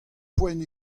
poent